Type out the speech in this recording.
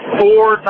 four